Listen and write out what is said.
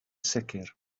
sicr